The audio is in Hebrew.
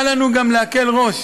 אל לנו גם להקל ראש